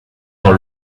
dans